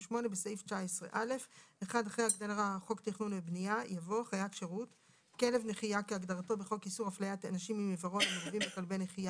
חיית שירות) תיקון סעיף 19א 1. בחוק שוויון זכויות לאנשים עם מוגבלות,